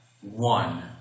one